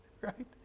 Right